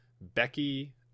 Becky